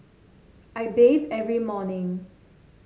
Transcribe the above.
I bathe every morning